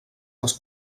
les